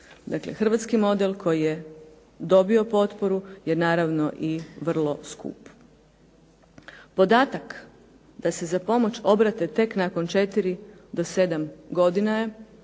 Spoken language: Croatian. hrvatski model koji je dobio potporu je naravno i vrlo skup. Podatak da se za pomoć obrate tek nakon 4 do 7 godina je